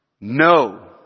No